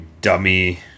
Dummy